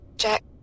Jack